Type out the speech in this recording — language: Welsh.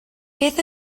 beth